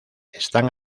están